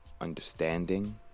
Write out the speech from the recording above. understanding